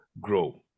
grow